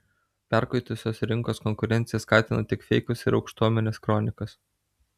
perkaitusios rinkos konkurencija skatina tik feikus ir aukštuomenės kronikas